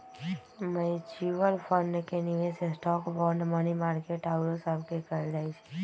mutual fund के निवेश stock, bond, money market आउरो सभमें कएल जाइ छइ